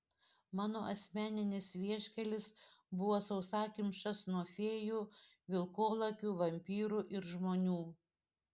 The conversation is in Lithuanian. mano asmeninis vieškelis buvo sausakimšas nuo fėjų vilkolakių vampyrų ir žmonių